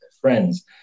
friends